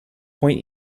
point